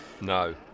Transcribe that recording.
No